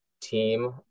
team